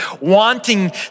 wanting